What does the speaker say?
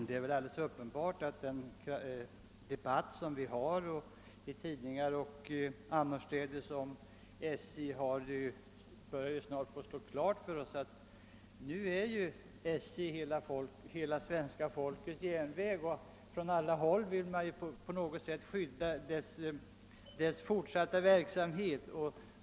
Herr talman! Genom den debatt som förs i tidningar och annorstädes om SJ börjar det stå klart för oss att SJ nu är hela svenska folkets järnväg, och från alla håll vill man på något sätt skydda den fortsatta verksamheten.